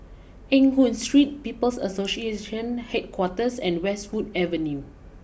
Eng Hoon Street People's Association Headquarters and Westwood Avenue